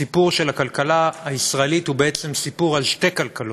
הסיפור של הכלכלה הישראלית הוא בעצם סיפור על שתי כלכלות.